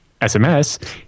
SMS